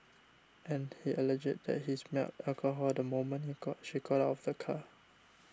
and he alleged that he smelled alcohol the moment he got she got out of the car